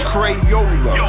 Crayola